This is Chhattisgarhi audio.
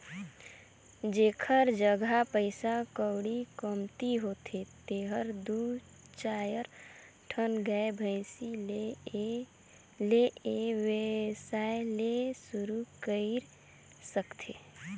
जेखर जघा पइसा कउड़ी कमती होथे तेहर दू चायर ठन गाय, भइसी ले ए वेवसाय ल सुरु कईर सकथे